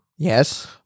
Yes